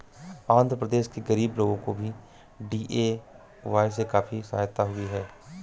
आंध्र प्रदेश के गरीब लोगों को भी डी.ए.वाय से काफी सहायता हुई है